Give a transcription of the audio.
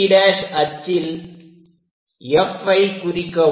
CC' அச்சில் Fஐ குறிக்கவும்